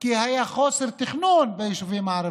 כי היה חוסר תכנון ביישובים הערביים,